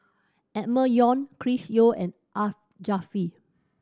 Emma Yong Chris Yeo and Art